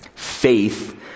Faith